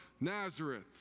Nazareth